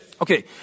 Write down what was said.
Okay